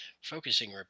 focusing